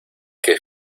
que